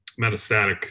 metastatic